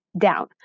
down